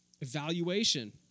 evaluation